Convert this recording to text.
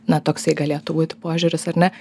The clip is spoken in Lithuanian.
na toksai galėtų būti požiūris ar ne